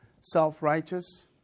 self-righteous